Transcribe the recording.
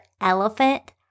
elephant